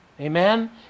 amen